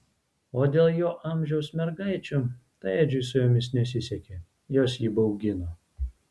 o dėl jo amžiaus mergaičių tai edžiui su jomis nesisekė jos jį baugino